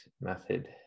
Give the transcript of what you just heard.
method